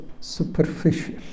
superficial